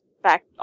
Back